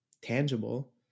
tangible